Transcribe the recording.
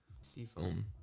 Seafoam